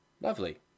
lovely